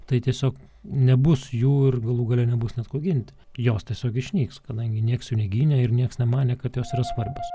tai tiesiog nebus jų ir galų gale nebus net ko ginti jos tiesiog išnyks kadangi nieks jų negynė ir nieks nemanė kad jos yra svarbios